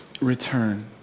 return